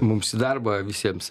mums į darbą visiems